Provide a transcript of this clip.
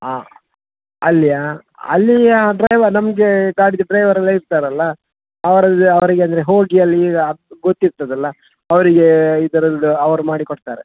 ಆಂ ಅಲ್ಲಿಯಾ ಅಲ್ಲಿಯ ಡ್ರೈವರ್ ನಮಗೆ ಗಾಡಿದು ಡ್ರೈವರ್ ಎಲ್ಲ ಇರ್ತಾರಲ್ಲ ಅವರಿಗೆ ಅವರಿಗಂದ್ರೆ ಹೋಗಿ ಅಲ್ಲಿ ಈಗ ಗೊತ್ತಿರ್ತದಲ್ಲ ಅವರಿಗೆ ಇದರದ್ದು ಅವ್ರು ಮಾಡಿ ಕೊಡ್ತಾರೆ